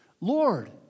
Lord